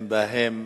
אין בהן